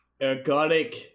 ergodic